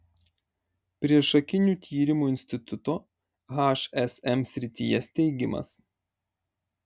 priešakinių tyrimų instituto hsm srityje steigimas